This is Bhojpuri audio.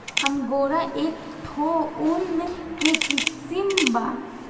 अंगोरा एक ठो ऊन के किसिम बा